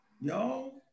Y'all